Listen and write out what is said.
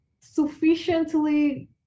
sufficiently